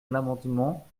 l’amendement